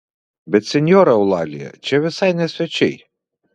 bet senjora eulalija čia visai ne svečiai